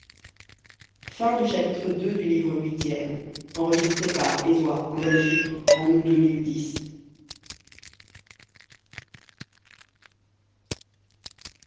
chapitre ii l'obédience de